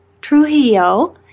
Trujillo